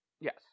Yes